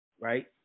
right